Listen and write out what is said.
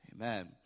Amen